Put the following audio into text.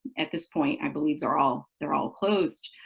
at this point i believe they're all they're all closed.